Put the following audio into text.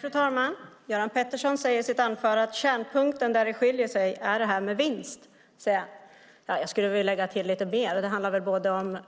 Fru talman! Göran Pettersson säger i sitt anförande att den skiljande punkten är frågan om vinst. Jag skulle vilja lägga till en del. Det är både